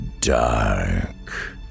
dark